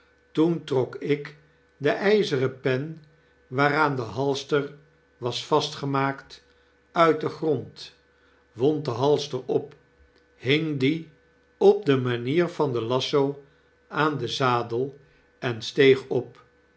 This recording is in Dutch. toen trok ik de yzeren pen waaraan de halster was vastgemaakt uit den grond wond den halster op hing dien op de manier van den lasso aan den zadel en steeg op